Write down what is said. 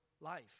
life